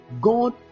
God